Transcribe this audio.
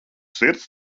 sirds